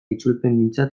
itzulpengintza